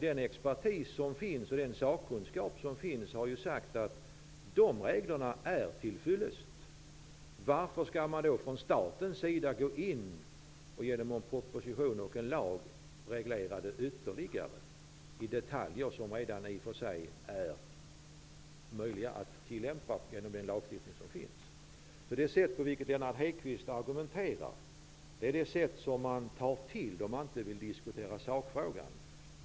Den expertis och sakkunskap som finns har sagt att reglerna är till fyllest. Varför skall man då gå in från statens sida och genom proposition och lag reglera det ytterligare i detaljer? Dessa detaljer kan man redan tillämpa via den gällande lagstiftningen. Det sätt på vilket Lennart Hedquist argumenterar är det sätt som man tar till när man inte vill diskutera sakfrågan.